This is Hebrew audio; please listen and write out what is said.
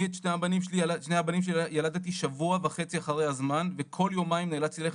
אני את שני הבנים שלי ילדתי שבוע וחי אחרי הזמן וכל יומיים נאלצתי לנסוע